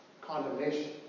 condemnation